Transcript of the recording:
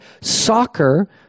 soccer